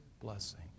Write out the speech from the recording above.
blessing